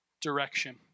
direction